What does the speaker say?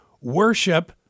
worship